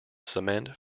cement